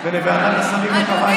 הבטיחה שהעמדות שלה לא ישונו.